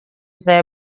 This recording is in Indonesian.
saya